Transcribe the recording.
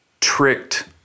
tricked